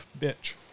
bitch